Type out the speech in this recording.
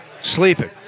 Sleeping